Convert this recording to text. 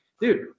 dude